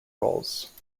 rolls